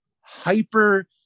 hyper